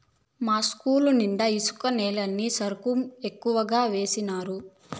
మా ఇస్కూలు నిండా ఇసుక నేలని సరుగుకం ఎక్కువగా వేసినారు